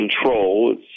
control